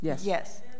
Yes